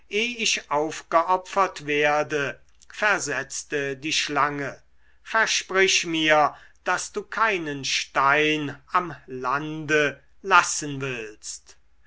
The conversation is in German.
ich aufgeopfert werde versetzte die schlange versprich mir daß du keinen stein am lande lassen willst